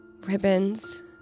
Ribbons